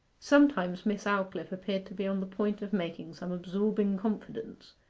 sometimes miss aldclyffe appeared to be on the point of making some absorbing confidence,